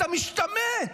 אתה משתמט.